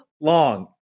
long